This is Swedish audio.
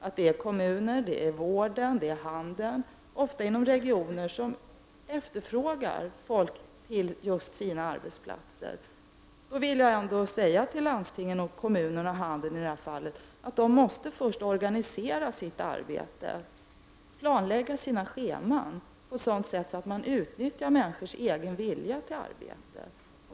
Det gäller kommuner, vård och handel, ofta inom regioner som efterfrågar folk till sina arbetsplatser. Jag vill säga till dessa landsting och kommuner och till handeln i detta fall att de först måste organisera sitt arbete och planlägga sina scheman på ett sådant sätt att de utnyttjar människors egen vilja till arbete.